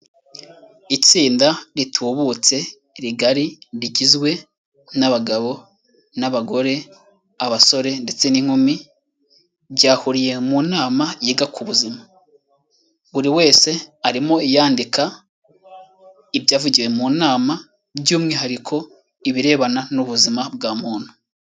Itsinda ritubutse, rigari rigizwe n'abagabo n'abagore, abasore ndetse n'inkumi, ryahuriye mu nama yiga ku buzima. Buri wese arimo yandika ibyavugiwe mu nama, by'umwihariko ibirebana n'ubuzima bwa muntu.